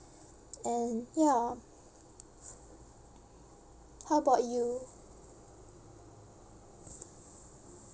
and ya how about you